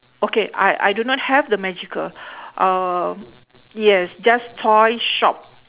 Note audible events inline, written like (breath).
okay I I do not have the magical (breath) uhh yes just toy shop